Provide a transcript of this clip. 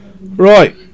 Right